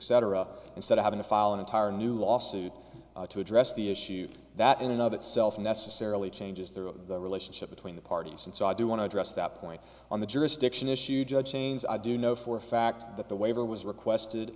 up instead of having to file an entire new lawsuit to address the issue that in another itself necessarily changes the relationship between the parties and so i do want to address that point on the jurisdiction issue judge chain's i do know for a fact that the waiver was requested